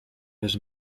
his